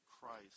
Christ